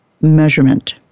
measurement